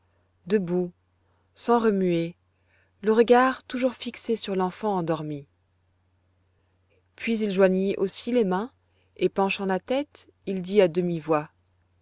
debout sans remuer le regard toujours fixé sur l'enfant endormie puis il joignit aussi les mains et penchant la tête il dit à